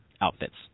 outfits